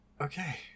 Okay